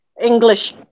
English